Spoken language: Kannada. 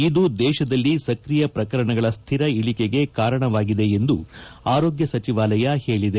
ಇದು ದೇಶದಲ್ಲಿ ಸಕ್ರಿಯ ಪ್ರಕರಣಗಳ ಸ್ಸಿರ ಇಳಿಕೆಗೆ ಕಾರಣವಾಗಿದೆ ಎಂದು ಆರೋಗ್ನ ಸಚಿವಾಲಯ ಹೇಳಿದೆ